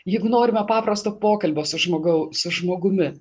jeigu norime paprasto pokalbio su žmogau su žmogumi